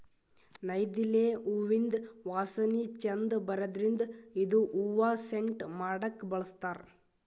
ನೈದಿಲೆ ಹೂವಿಂದ್ ವಾಸನಿ ಛಂದ್ ಬರದ್ರಿನ್ದ್ ಇದು ಹೂವಾ ಸೆಂಟ್ ಮಾಡಕ್ಕ್ ಬಳಸ್ತಾರ್